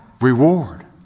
reward